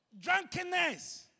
drunkenness